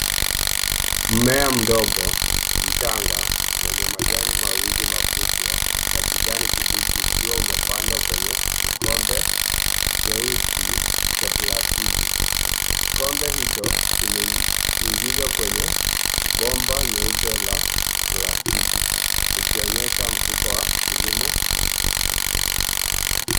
Mmea mdogo mchanga wenye majani mawili makubwa ya kijani kibichi ukiwa umepandwa kwenye kikombe cheusi cha plastiki. Kikombe hicho kimeingizwa kwenye bomba nyeupe ya plastiki likionyesha mfumo wa kilimo.